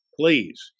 please